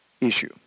issue